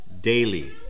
daily